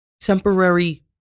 temporary